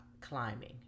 climbing